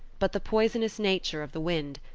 but the poisonous nature of the wind,